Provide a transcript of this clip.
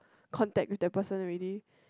contact with the person already